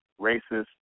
racist